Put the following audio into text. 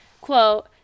quote